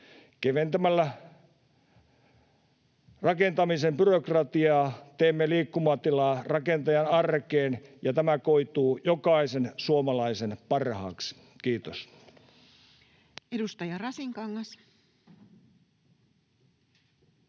Keventämällä rakentamisen byrokratiaa teemme liikkumatilaa rakentajan arkeen, ja tämä koituu jokaisen suomalaisen parhaaksi. — Kiitos. Edustaja Rasinkangas. Arvoisa